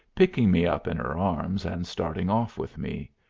picking me up in her arms and starting off with me.